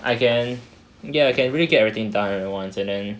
I can ya can really get everything done once again